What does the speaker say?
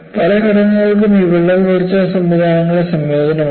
പല ഘടനകൾക്കും ഈ വിള്ളൽ വളർച്ചാ സംവിധാനങ്ങളുടെ സംയോജനമുണ്ടാകും